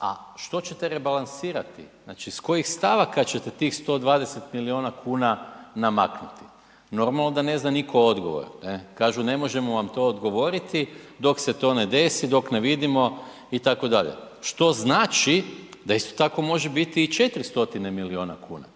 a što ćete rebalansirati, s kojih stavaka ćete tih 120 milijuna kuna namaknuti? Normalno da ne zna nitko odgovor. Kažu, ne možemo vam to odgovoriti dok se desi, dok ne vidimo itd., što znači da isto tako može biti i 400 milijuna kuna.